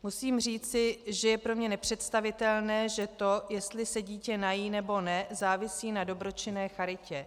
Musím říci, že je pro mě nepředstavitelné, že to, jestli se dítě nají, nebo ne, závisí na dobročinné charitě.